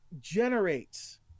generates